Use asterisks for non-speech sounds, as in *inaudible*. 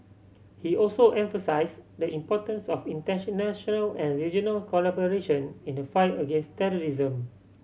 he also emphasise the importance of *unintelligible* and regional collaboration in the fight against terrorism